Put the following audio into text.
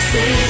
Say